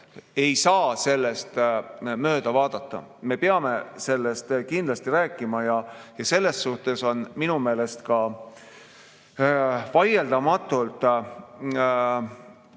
ei saa sellest mööda vaadata. Me peame sellest kindlasti rääkima ja selles suhtes on minu meelest vaieldamatult